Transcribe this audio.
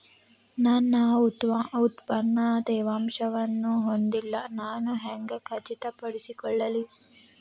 ನನ್ನ ಉತ್ಪನ್ನ ತೇವಾಂಶವನ್ನು ಹೊಂದಿಲ್ಲಾ ನಾನು ಹೆಂಗ್ ಖಚಿತಪಡಿಸಿಕೊಳ್ಳಲಿ?